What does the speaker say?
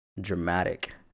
dramatic